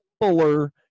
Fuller